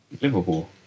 Liverpool